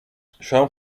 شام